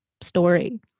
story